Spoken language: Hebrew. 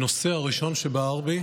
הנושא הראשון שבער בי